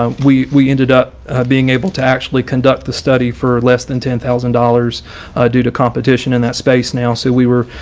um we we ended up being able to actually conduct the study for less than ten thousand dollars due to competition in that space now, so we were,